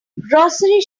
grocery